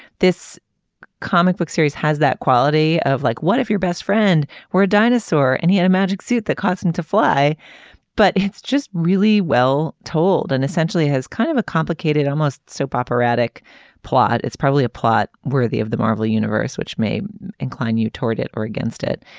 this comic book series has that quality of like what if your best friend were a dinosaur and he had a magic suit that cost him to fly but it's just really well told and essentially has kind of a complicated almost soap operatic plot. it's probably a plot worthy of the marvel universe which may incline you toward it or against it.